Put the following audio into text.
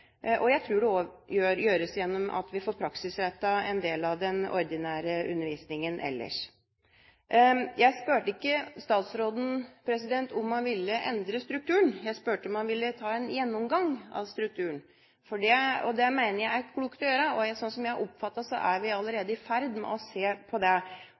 Jeg tror det gjøres gjennom at vi får praksisrettet en del av den ordinære undervisningen ellers. Jeg spurte ikke statsråden om hun ville endre strukturen, jeg spurte om hun ville ta en gjennomgang av strukturen. Det mener jeg er klokt å gjøre, og slik som jeg oppfattet det, er vi allerede i ferd med å se på det.